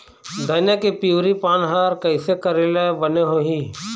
धनिया के पिवरी पान हर कइसे करेले बने होही?